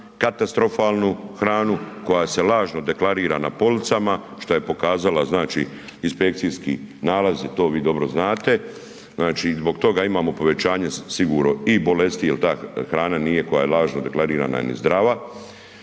katastrofalnu hranu koja se lažno deklarira na policama, što je pokazala znači inspekcijski nalazi, to vi dobro znate. Znači zbog toga imamo povećanje sigurno i bolesti jer ta hrana nije koja je lažno deklarirana ni zdrava,